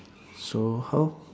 so how